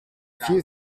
few